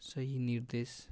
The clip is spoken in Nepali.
सही निर्देश